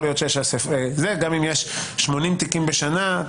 גם אם יש 80 תיקים בשנה,